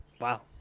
Wow